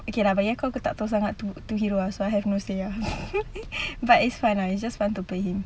okay lah but yang kau aku tak tahu sangat itu hero ah so I have no say lah but it's fun lah it's just fun to play him